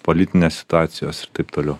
politinės situacijos ir taip toliau